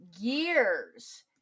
Years